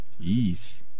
Jeez